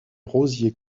rosiers